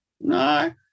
No